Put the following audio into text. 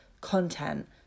content